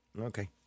Okay